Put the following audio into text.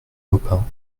baupin